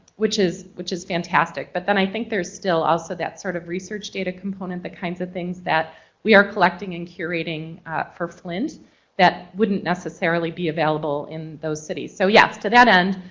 which is which is fantastic. but then i think there's still also that sort of research data component. the kinds of things that we are collecting and curating for flint that wouldn't necessarily be available in those cities. so yes, to that end